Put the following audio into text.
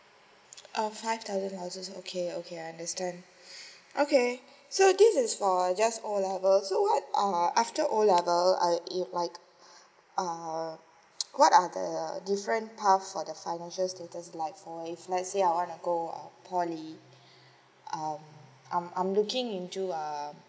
ah five thousand household okay okay I understand okay so this is for just O level so what uh after O level I if like uh what are the different path for the financial status like for if let's say I want to go poly um I'm I'm looking into um